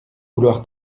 vouloir